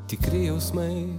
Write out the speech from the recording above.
tikri jausmai